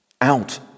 out